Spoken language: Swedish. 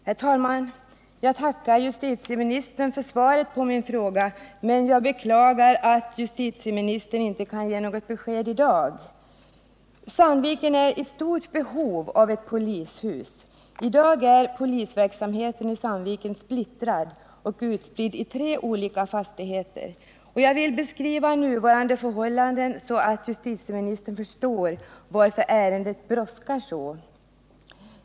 Herr talman! Jag tackar justitieministern för svaret på min fråga, men jag beklagar att justitieministern inte kan ge något besked i dag. Sandviken är i stort behov av ett polishus. I dag är polisverksamheten i Sandviken splittrad och utspridd i tre olika fastigheter. Jag vill beskriva nuvarande förhållanden, så att justitieministern förstår varför ärendet brådskar så mycket.